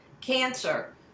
cancer